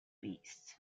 east